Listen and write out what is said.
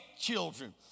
children